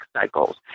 cycles